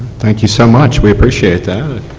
thank you, so much we appreciate that.